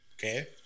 Okay